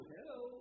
Hello